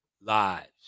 lives